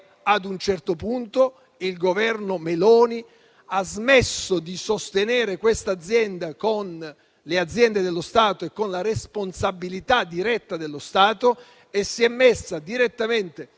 a un certo punto il Governo Meloni ha smesso di sostenere questa azienda con le aziende dello Stato e con la responsabilità diretta dello Stato e si è messa direttamente